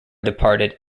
departed